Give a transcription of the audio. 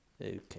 Okay